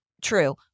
True